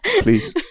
Please